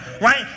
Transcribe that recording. right